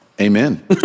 Amen